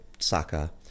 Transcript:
Saka